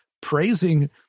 praising